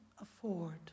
afford